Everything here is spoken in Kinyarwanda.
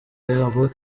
yabo